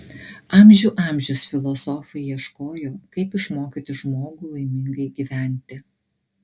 amžių amžius filosofai ieškojo kaip išmokyti žmogų laimingai gyventi